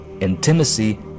intimacy